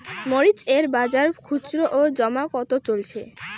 মরিচ এর বাজার খুচরো ও জমা কত চলছে?